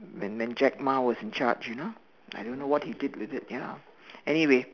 when when Jack Ma was in charge you know I don't know what he did with it ya anyway